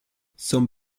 some